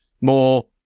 more